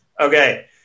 okay